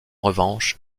revanche